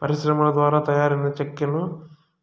పరిశ్రమల ద్వారా తయారైన చెక్కను